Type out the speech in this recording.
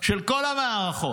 של כל המערכות.